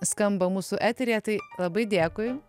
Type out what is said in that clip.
skamba mūsų eteryje tai labai dėkui